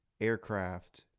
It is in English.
aircraft